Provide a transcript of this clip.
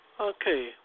Okay